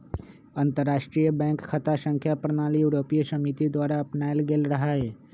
अंतरराष्ट्रीय बैंक खता संख्या प्रणाली यूरोपीय समिति द्वारा अपनायल गेल रहै